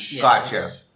Gotcha